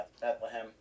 Bethlehem